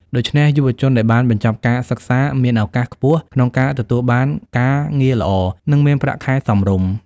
ដូច្នេះ យុវជនដែលបានបញ្ចប់ការសិក្សាមានឱកាសខ្ពស់ក្នុងការទទួលបានការងារល្អ និងមានប្រាក់ខែសមរម្យ។